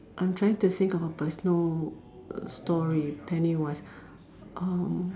I'm trying to think of a personal story penny wise uh